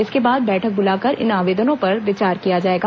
इसके बाद बैठक बुलाकर इन आवेदनों पर विचार किया जाएगा